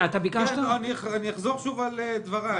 אחזור שוב על דבריי.